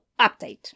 update